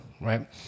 Right